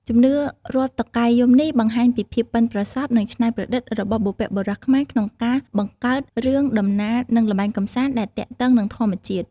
ជំនឿរាប់តុកែយំនេះបង្ហាញពីភាពប៉ិនប្រសប់ និងច្នៃប្រឌិតរបស់បុព្វបុរសខ្មែរក្នុងការបង្កើតរឿងដំណាល ឬល្បែងកម្សាន្តដែលទាក់ទងនឹងធម្មជាតិ។